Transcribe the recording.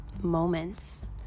moments